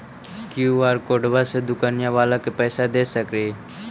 QR कोडबा से दुकनिया बाला के पैसा दे सक्रिय?